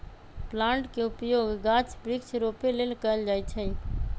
plant के उपयोग गाछ वृक्ष रोपे लेल कएल जाइ छइ